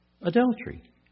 adultery